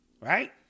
Right